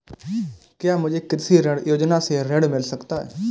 क्या मुझे कृषि ऋण योजना से ऋण मिल सकता है?